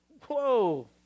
Whoa